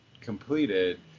completed